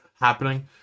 Happening